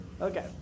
Okay